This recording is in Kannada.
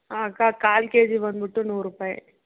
ಹಾಂ ಅಕ್ಕ ಕಾಲು ಕೆಜಿ ಬಂದ್ಬಿಟ್ಟು ನೂರು ರೂಪಾಯಿ